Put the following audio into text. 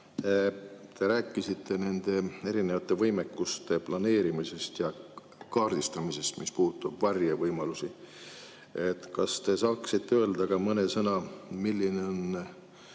Te rääkisite erinevate võimekuste planeerimisest ja kaardistamisest, mis puutub varjevõimalustesse. Kas te saaksite öelda mõne sõna, milline on